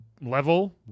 level